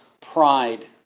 pride